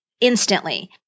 instantly